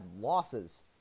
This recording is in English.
losses